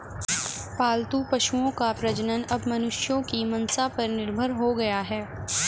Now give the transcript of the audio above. पालतू पशुओं का प्रजनन अब मनुष्यों की मंसा पर निर्भर हो गया है